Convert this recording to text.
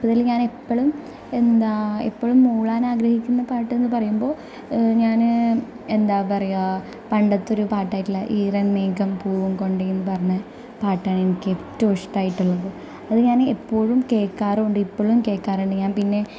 അതിൽ ഞാൻ എപ്പോഴും എന്താ എപ്പോഴും മൂളാൻ ആഗ്രഹിക്കുന്ന പാട്ടെന്നു പറയുമ്പോൾ ഞാന് എന്താ പറയാ പണ്ടത്തെ ഒരു പാട്ട് ആയിട്ടുള്ള ഈറൻ മേഘം പൂവും കൊണ്ട് എന്ന് പറഞ്ഞ പാട്ടാണ് എനിക്ക് ഏറ്റവും ഇഷ്ടമായിട്ടുള്ളത് അത് ഞാൻ എപ്പോഴും കേൾക്കാറുണ്ട് ഇപ്പോഴും കേൾക്കാറുണ്ട് ഞാൻ പിന്നെ